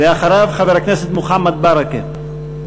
אחריו, חבר הכנסת מוחמד ברכה.